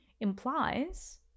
implies